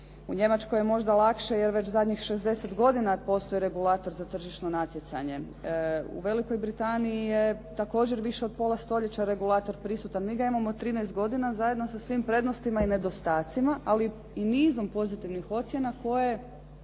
u Njemačkoj je možda lakše jer već zadnjih 60 godina postoji regulator za tržišno natjecanje. U Velikoj Britaniji je također više od pola stoljeća regulator prisutan. Mi ga imamo 13 godina sa svim prednostima i nedostacima ali i nizom pozitivnih ocjena koje